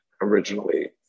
originally